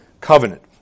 covenant